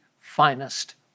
finest